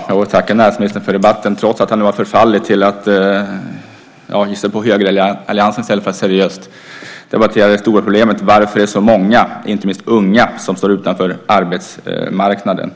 Herr talman! Jag får tacka näringsministern för debatten trots att han nu har förfallit till att ge sig på högeralliansen i stället för att seriöst debattera det stora problemet, varför det är så många, inte minst unga, som står utanför arbetsmarknaden.